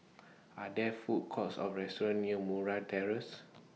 Are There Food Courts Or restaurants near Murray Terrace